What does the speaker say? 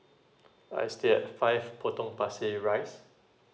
I stay at five potong pasir ris